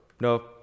no